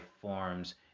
forms